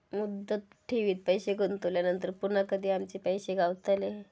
मुदत ठेवीत पैसे गुंतवल्यानंतर पुन्हा कधी आमचे पैसे गावतले?